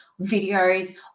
videos